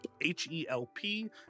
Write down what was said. H-E-L-P